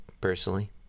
personally